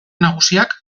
nagusiak